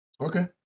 Okay